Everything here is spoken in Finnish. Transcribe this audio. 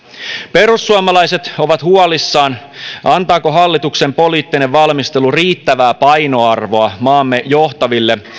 perussuomalaiset ovat huolissaan antaako hallituksen poliittinen valmistelu riittävää painoarvoa maamme johtaville